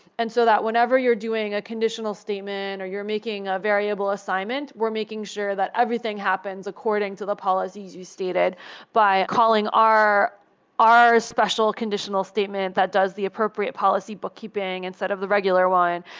and so that whenever you're doing a conditional statement or you're making a variable assignment, we're making sure that everything happens according to the policies you stated by calling our our special conditional statement that does the appropriate policy bookkeeping instead of the regular one,